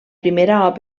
òpera